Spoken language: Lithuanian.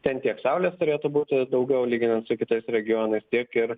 ten tiek saulės turėtų būti daugiau lyginant su kitais regionais tiek ir